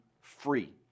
free